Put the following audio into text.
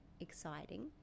exciting